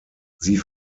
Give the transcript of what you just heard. sie